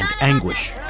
anguish